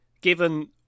given